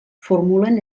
formulen